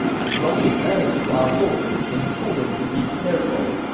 i wrote a letter to our lord and told him to be careful.